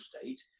state